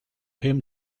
him